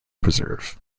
preserve